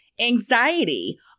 anxiety